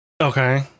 okay